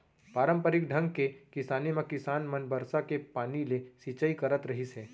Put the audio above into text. पारंपरिक ढंग के किसानी म किसान मन बरसा के पानी ले सिंचई करत रहिस हे